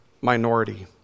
minority